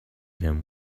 him